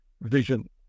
vision